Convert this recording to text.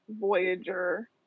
Voyager